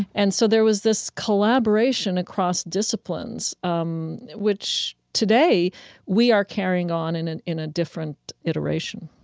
and so there was this collaboration across disciplines, um which today we are carrying on in and in a different iteration